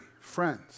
friends